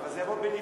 אבל זה יבוא בנפרד?